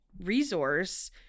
resource